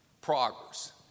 progress